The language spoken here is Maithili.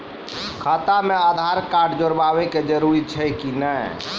खाता म आधार कार्ड जोड़वा के जरूरी छै कि नैय?